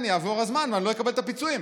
יעבור הזמן ואני לא אקבל את הפיצויים.